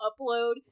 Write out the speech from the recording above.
upload